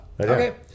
Okay